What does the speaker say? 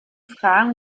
fragen